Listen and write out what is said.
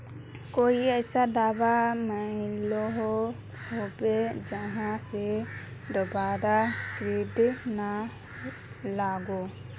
कोई ऐसा दाबा मिलोहो होबे जहा से दोबारा कीड़ा ना लागे?